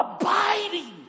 abiding